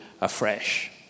afresh